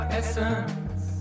essence